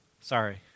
sorry